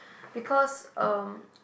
because um